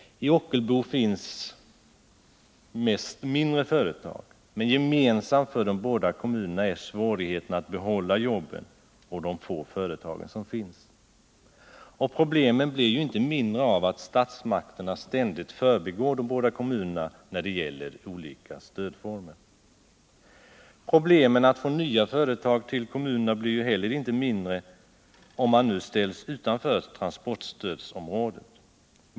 I Ockelbo finns mest mindre företag, men gemensamt för de båda kommunerna är svårigheterna att behålla jobben och de få företag som finns. Problemen blir ju inte mindre av att statsmakterna ständigt förbigår de båda kommunerna när det gäller olika stödformer. Problemen att få nya företag till kommunerna blir ju heller inte mindre om man nu ställs utanför transportstödsområdet.